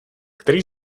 který